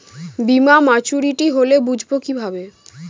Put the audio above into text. বীমা মাচুরিটি হলে বুঝবো কিভাবে?